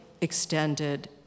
extended